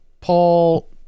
Paul